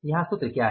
यहाँ सूत्र क्या है